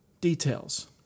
details